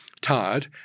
tired